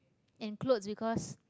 and clothes because